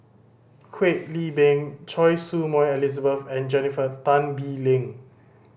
Kwek Leng Beng Choy Su Moi Elizabeth and Jennifer Tan Bee Leng